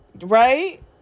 Right